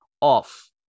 off